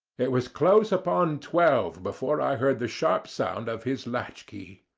it was close upon twelve before i heard the sharp sound of his latch-key.